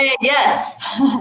yes